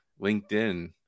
LinkedIn